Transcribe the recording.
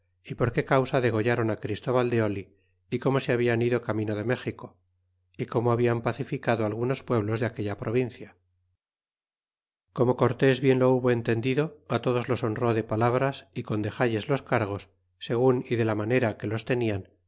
y por qué causa degollron christóbal de oh y como se habian ido camino de méxico y como habian pacificado algunos pueblos de aquella provincia y como cortés bien lo hubo entendido á todos los honró de palabras y con dexalles los cargos segun y de la manera que los tenian